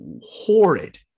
horrid